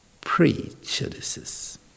prejudices